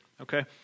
okay